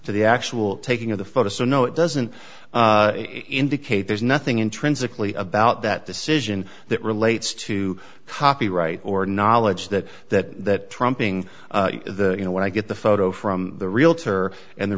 to the actual taking of the photos so no it doesn't indicate there's nothing intrinsically about that decision that relates to copyright or knowledge that that trumping the you know when i get the photo from the realtor and the